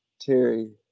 Terry